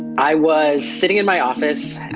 i was sitting in my office, and